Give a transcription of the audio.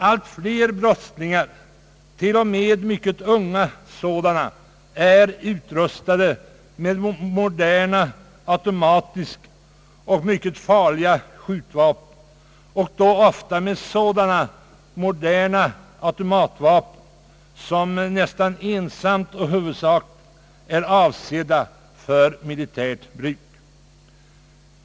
Allt flera brottslingar, t.o.m. mycket unga sådana, är utrustade med moderna automatiska och mycket farliga skjut vapen, ofta med sådana moderna automatvapen som i huvudsak är avsedda för militärt bruk.